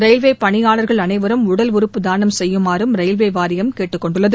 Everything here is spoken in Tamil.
ரயில்வே பணியாளர்கள் அனைவரும் உடல் உறுப்பு தானம் செய்யுமாறும் ரயில்வே வாரியம் கேட்டுக் கொண்டுள்ளது